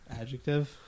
Adjective